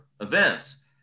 events